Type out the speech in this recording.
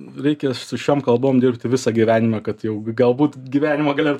reikia su šiom kalbom dirbti visą gyvenimą kad jau galbūt gyvenimo gale